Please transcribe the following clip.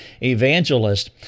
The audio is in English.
evangelist